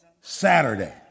Saturday